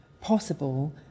possible